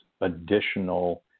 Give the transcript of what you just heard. additional